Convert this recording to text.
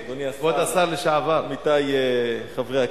עמיתי חברי הכנסת,